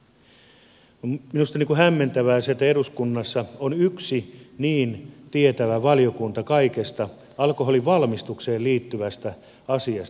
on minusta hämmentävää se että eduskunnassa on yksi niin tietävä valiokunta kaikesta alkoholin valmistukseen liittyvästä asiasta